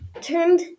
turned